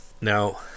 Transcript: Now